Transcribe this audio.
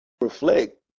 reflect